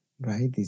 right